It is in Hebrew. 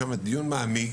יש שם דיון מעמיק